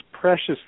precious